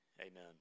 Amen